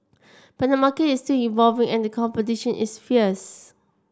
but the market is still evolving and competition is fierce